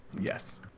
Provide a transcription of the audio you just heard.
yes